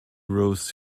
rose